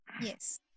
Yes